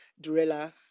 Durella